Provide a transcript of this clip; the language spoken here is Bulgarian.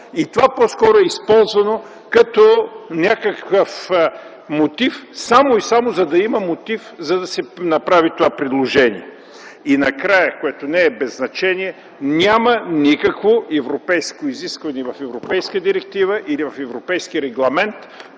Това по-скоро е използвано като някакъв мотив само и само, за да има мотив, за да се направи това предложение. Накрая, което не е без значение, няма никакво европейско изискване в европейска директива или в европейски регламент,